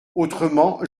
autrement